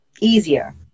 easier